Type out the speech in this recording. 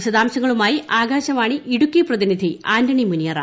വിശദാംശങ്ങളുമായി ആകാശവാണി ഇടുക്കി പ്രതിനിധി ആന്റണിമുനിയറ